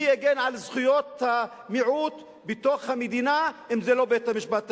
מי יגן על זכויות המיעוט בתוך המדינה אם לא בית-המשפט העליון?